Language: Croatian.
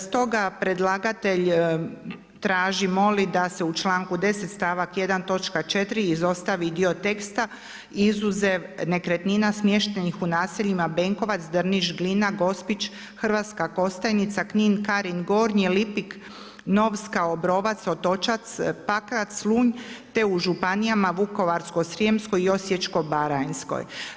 Stoga predlagatelj traži, moli da se u članku 10., stavak 1., točka 4. izostavi dio teksta izuzev nekretnina smještenih u naseljima Benkovac, Drniš, Glina, Gospić, Hrvatska Kostajnica, Knin, Karin Gornji, Lipik, Novska, Obrovac, Otočac, Pakrac, Slunj te u županijama Vukovarsko-srijemskoj i Osječko-baranjskoj.